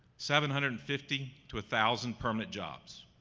seven hundred and fifty to a thousand permanent jobs.